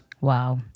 Wow